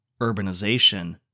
urbanization